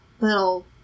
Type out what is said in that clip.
little